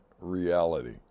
reality